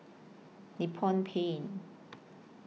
Nippon Paint